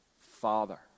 Father